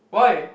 why